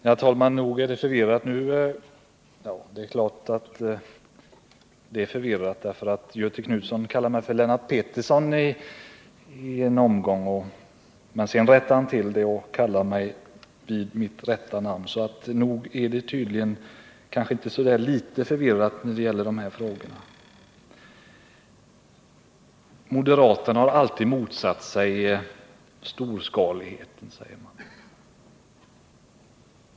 Herr talman! Nog är det förvirrat. Göthe Knutson kallar mig för Lennart Pettersson i en omgång. Sedan rättar han till det och kallar mig vid mitt rätta namn, så det är inte så litet förvirrat i den här debatten. Moderaterna har alltid motsatt sig storskaligheten, säger man.